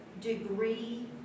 degree